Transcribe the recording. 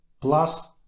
Plus